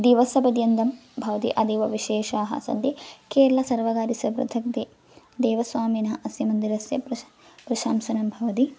दिवसपर्यन्तं भवति अतीव विशेषाः सन्ति केरलसर्वकारस्य पृथक् ते देवस्वामिनः अस्य मन्दिरस्य प्रश्नं प्रशंसनं भवति